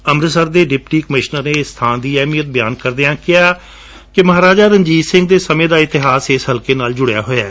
ਅੰਮ੍ਰਿਤਸਰ ਦੇ deputy commissioner ਨੇ ਇਸ ਬਾਂ ਦੀ ਅਹਿਮੀਅਤ ਬਿਆਨ ਕਰਦਿਆਂ ਕਿਹਾ ਕਿ ਮਹਾਰਾਜਾ ਰਣਜੀਤ ਸਿੰਘ ਦੇ ਸਮੇਂ ਦਾ ਇਤਿਹਾਸ ਇਸ ਹਲਕੇ ਨਾਲ ਜੁੜਿਆ ਹੋਇਐ